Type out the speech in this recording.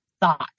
thought